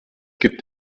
gibt